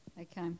Okay